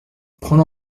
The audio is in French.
prends